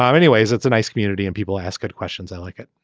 um anyways it's a nice community and people ask good questions i like it.